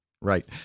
Right